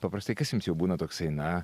paprastai kas jums jau būna toksai na